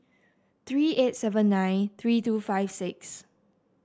three eight seven nine three two five six